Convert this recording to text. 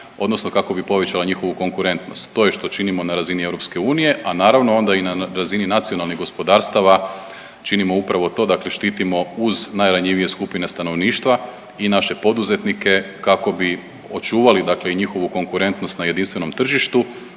odnosno kako bi povećala njihovu konkurentnost. To je što činimo na razini EU, a naravno onda i na razini nacionalnih gospodarstava činimo upravo to, dakle štitimo uz najranjivije skupine stanovništva i naše poduzetnike kako bi očuvali i njihovu konkurentnost na jedinstvenom tržištu,